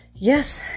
yes